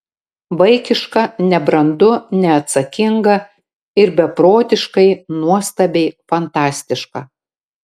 vaikiška nebrandu neatsakinga ir beprotiškai nuostabiai fantastiška